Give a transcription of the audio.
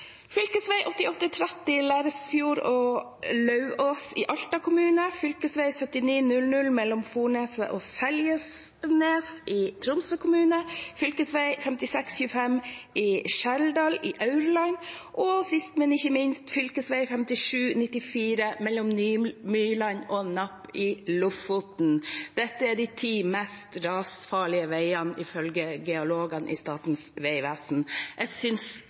8830 mellom Lerresfjord og Lauvås i Alta kommune, fv. 7900 mellom Forneset og Seljelvnes i Tromsø kommune, fv. 5625 Skjerdal i Aurland og sist, men ikke minst fv. 7594 mellom Myrland og Napp i Lofoten – dette er de ti mest rasfarlige veiene ifølge geologene i Statens vegvesen. Jeg